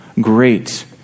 Great